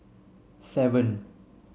seven